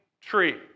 tree